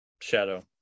shadow